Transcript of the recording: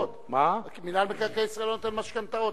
מינהל מקרקעי ישראל לא נותן משכנתאות.